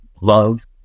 love